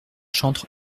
chantres